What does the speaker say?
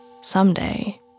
someday